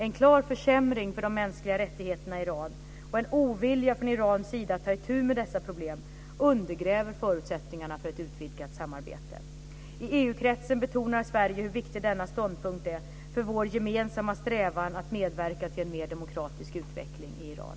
En klar försämring för de mänskliga rättigheterna i Iran och en ovilja från Irans sida att ta itu med dessa problem undergräver förutsättningarna för ett utvidgat samarbete. I EU-kretsen betonar Sverige hur viktig denna ståndpunkt är för vår gemensamma strävan att medverka till en mer demokratisk utveckling i Iran.